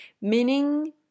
Meaning